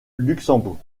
luxembourg